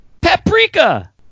paprika